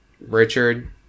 Richard